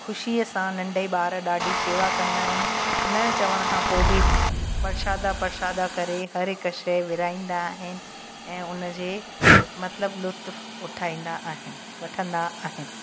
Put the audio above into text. ख़ुशीअ सां नंढे ॿार ॾाढी शेवा कंदा आहिनि न चवण खां पोइ बि परसादा परसादा करे हर हिक शइ विरहाईंदा आहिनि ऐं उन जे मतिलबु लुतुफ़ु उथाईंदा आहिनि वठंदा आहिनि